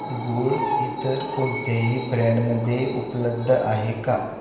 गूळ इतर कोणत्याही ब्रँडमध्ये उपलब्ध आहे का